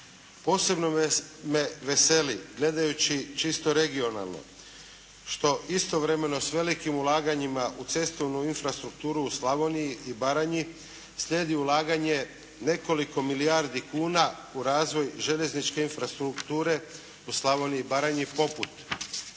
Posebno me veseli gledajući čisto regionalno što istovremeno s velikim ulaganjima u cestovnu infrastrukturu u Slavoniji i Baranji slijedi ulaganje nekoliko milijardi kuna u razvoj željezničke infrastrukture u Slavoniji i Baranji poput